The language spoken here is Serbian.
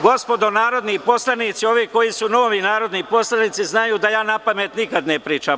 Gospodo narodni poslanici, ovi koji su novi narodni poslanici, znaju da ja napamet nikada ne pričam.